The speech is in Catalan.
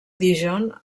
dijon